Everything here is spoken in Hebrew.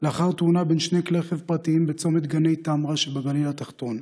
לאחר תאונה בין שני כלי רכב פרטיים בצומת גני טמרה שבגליל התחתון.